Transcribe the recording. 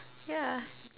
yeah